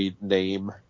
name